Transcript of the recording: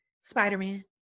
Spider-Man